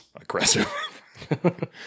aggressive